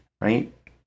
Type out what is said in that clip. right